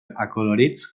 acolorits